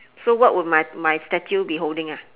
so what would my my statue be holding ah